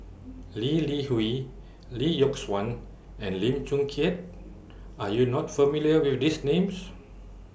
Lee Li Hui Lee Yock Suan and Lim Chong Keat Are YOU not familiar with These Names